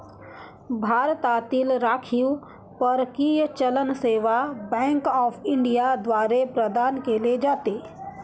भारतातील राखीव परकीय चलन सेवा बँक ऑफ इंडिया द्वारे प्रदान केले जाते